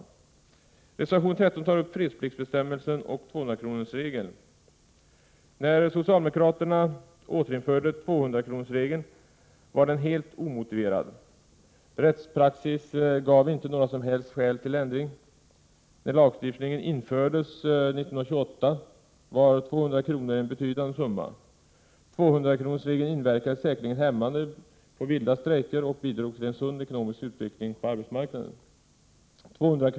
I reservation 13 tas fredspliktsbestämmelsen och 200 kronorsregeln upp. När socialdemokraterna återinförde 200-kronorsregeln var den helt omotiverad. Rättspraxis gav inte några som helst skäl till ändring. När lagstiftningen infördes 1928 var 200 kr. en betydande summa. 200-kronorsregeln inverkade säkerligen hämmande på vilda strejker och bidrog till en sund ekonomisk utveckling på arbetsmarknaden. 200 kr.